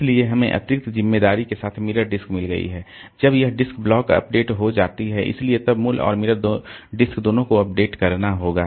इसलिए हमें अतिरिक्त जिम्मेदारी के साथ मिरर डिस्क मिल गई है जब यह डिस्क ब्लॉक अपडेट हो जाती है इसलिए तब मूल और मिरर डिस्क दोनों को अपडेट करना होगा